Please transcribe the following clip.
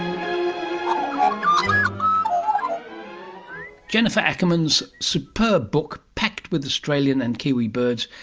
um jennifer ackerman's superb book, packed with australian and kiwi birds,